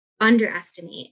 underestimate